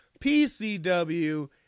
PCW